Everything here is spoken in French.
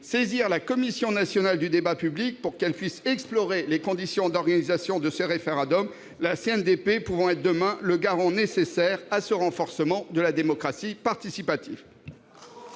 saisir la Commission nationale du débat public, pour qu'elle puisse explorer les conditions d'organisation de ce référendum, la CNDP pouvant être demain le garant nécessaire à ce renforcement de la démocratie participative